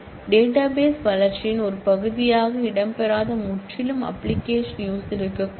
database வளர்ச்சியின் ஒரு பகுதியாக இடம்பெறாத முற்றிலும் அப்பிளிக்கேஷன் யூஸர் இருக்கக்கூடும்